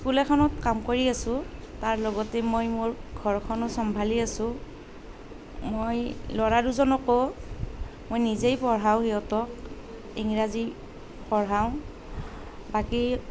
school এখনত কাম কৰি আছোঁ তাৰ লগতে মই মোৰ ঘৰখনো চম্ভালি আছোঁ মই ল'ৰা দুজনকো মই নিজেই পঢ়াওঁ সিহঁতক ইংৰাজী পঢ়াওঁ বাকী